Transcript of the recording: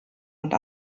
und